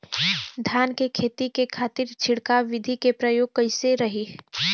धान के खेती के खातीर छिड़काव विधी के प्रयोग कइसन रही?